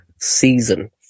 season